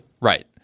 Right